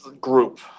group